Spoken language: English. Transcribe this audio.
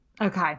Okay